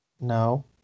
No